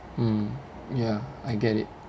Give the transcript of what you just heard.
mm ya I get it